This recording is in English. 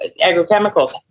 agrochemicals